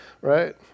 right